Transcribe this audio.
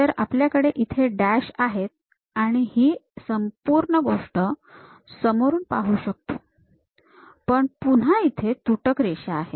तर आपल्याकडे इथे डॅश आहेत आणि ही संपूर्ण गोष्ट समोरून पाहू शकतो पण पुन्हा इथे तुटक रेषा आहेत